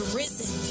risen